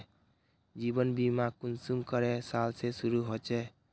जीवन बीमा कुंसम करे साल से शुरू होचए?